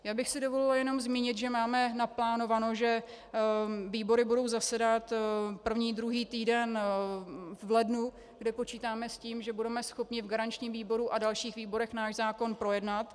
Já bych si dovolila jenom zmínit, že máme naplánováno, že výbory budou zasedat první a druhý týden v lednu, kde počítáme s tím, že budeme schopni v garančním výboru a v dalších výborech náš zákon projednat.